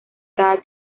cada